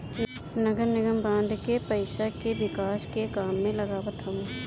नगरनिगम बांड के पईसा के विकास के काम में लगावत हवे